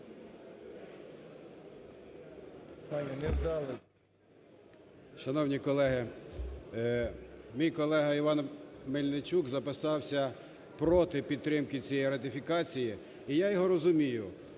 Шановні колеги, мій колега Іван Мельничук записався проти підтримки цієї ратифікації, і я його розумію,